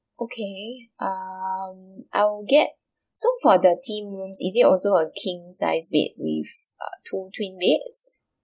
okay um I'll get so for the theme rooms is it also a king sized bed we used uh two twin beds